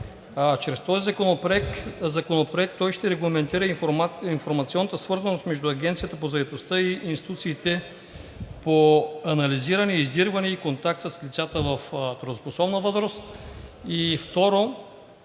този законопроект ще регламентира информационната свързаност между Агенцията по заетостта и институциите по анализиране, издирване и контакт с лицата в трудоспособна възраст.